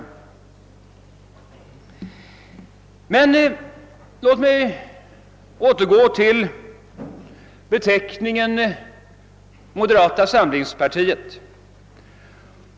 Men låt mig återgå till ordet »samlingspartiet».